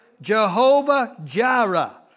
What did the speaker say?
Jehovah-Jireh